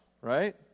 right